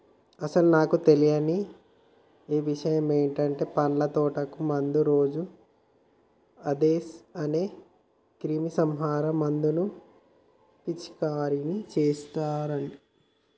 అసలు నాకు తెలియని ఇషయమంటే పండ్ల తోటకు మందు రోజు అందేస్ అనే క్రిమీసంహారక మందును పిచికారీ చేస్తారని